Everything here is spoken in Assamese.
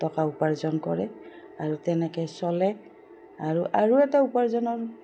টকা উপাৰ্জন কৰে আৰু তেনেকৈ চলে আৰু আৰু এটা উপাৰ্জনৰ